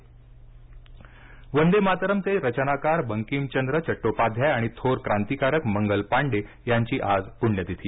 जावडेकर वंदे मातरम चे रचनाकार बंकिमचंद्र चट्टोपाध्याय आणि थोर क्रांतिकारक मंगल पांडे यांची आज पुण्यतिथी